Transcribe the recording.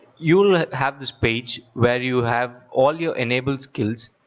you'll have this page where you have all your enabled skills.